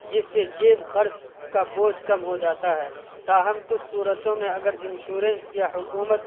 جس سے جیب خرچ کا بوجھ کم ہو جاتا ہے تاہم کچھ صورتوں میں اگر انشورنس یا حکومت